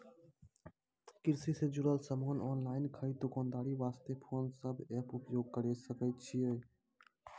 कृषि से जुड़ल समान ऑनलाइन खरीद दुकानदारी वास्ते कोंन सब एप्प उपयोग करें सकय छियै?